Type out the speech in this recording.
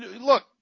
look